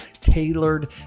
tailored